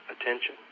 attention